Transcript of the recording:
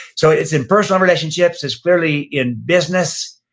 so it's in personal relationships, it's fairly in business.